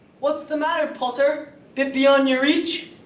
what's the matter, potter? bit beyond your reach?